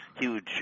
huge